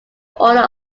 order